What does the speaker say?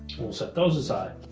we'll set those aside.